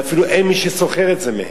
ואפילו אין מי ששוכר את זה מהם.